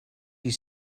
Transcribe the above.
you